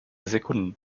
sekunden